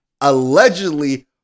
Allegedly